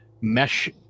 mesh